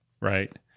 right